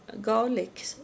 garlic